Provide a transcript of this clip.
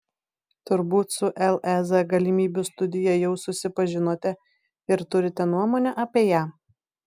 turbūt su lez galimybių studija jau susipažinote ir turite nuomonę apie ją